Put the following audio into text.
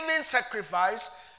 sacrifice